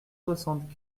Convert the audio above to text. soixante